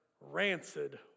rancid